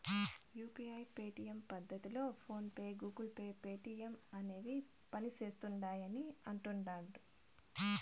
UPI payment పద్దతిలో PhonePe, Google Pay, Paytm అనేవి పనిసేస్తిండాయని అంటుడారు